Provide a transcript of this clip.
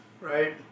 Right